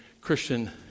Christian